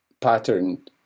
pattern